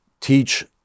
teach